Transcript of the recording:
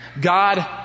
God